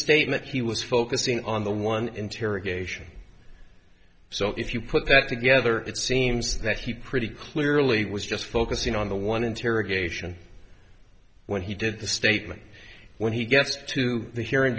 statement he was focusing on the one interrogation so if you put that together it seems that he pretty clearly was just focusing on the one interrogation when he did the statement when he gets to the hearing